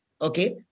Okay